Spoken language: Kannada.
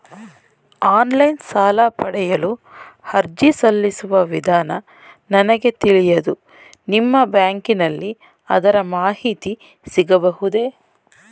ಆನ್ಲೈನ್ ಸಾಲ ಪಡೆಯಲು ಅರ್ಜಿ ಸಲ್ಲಿಸುವ ವಿಧಾನ ನನಗೆ ತಿಳಿಯದು ನಿಮ್ಮ ಬ್ಯಾಂಕಿನಲ್ಲಿ ಅದರ ಮಾಹಿತಿ ಸಿಗಬಹುದೇ?